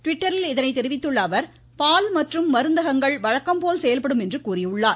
ட்விட்டரில் இதனை தெரிவித்துள்ள அவர் பால் மற்றும் மருந்தகங்கள் வழக்கம் போல் செயல்படும் என கூறியுள்ளார்